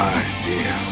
idea